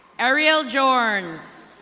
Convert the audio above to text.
ariel jorns.